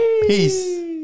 peace